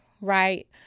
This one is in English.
right